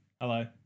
Hello